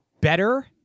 better